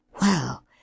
Well